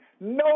no